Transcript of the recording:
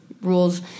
rules